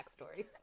backstory